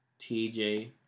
TJ